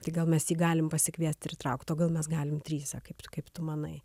tai gal mes jį galim pasikviest ir įtraukt o gal mes galim trise kaip kaip tu manai